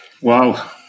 Wow